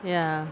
ya